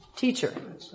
teacher